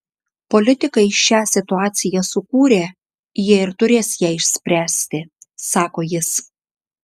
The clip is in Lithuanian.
politikai šią situaciją sukūrė jie ir turės ją išspręsti sako jis